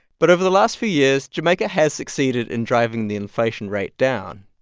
but over the last few years, jamaica has succeeded in driving the inflation rate down.